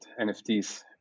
nfts